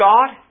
God